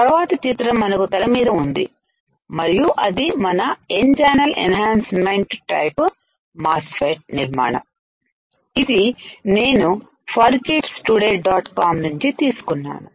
తరువాతి చిత్రం మనకు తెర మీద ఉంది మరియు అది మన N channel enhancement type MOSFET నిర్మాణం ఇది నేను for kids today dot com నుంచి తీసుకున్నాను